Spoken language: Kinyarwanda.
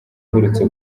uherutse